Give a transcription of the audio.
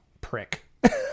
prick